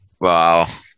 Wow